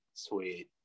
sweet